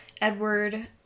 Edward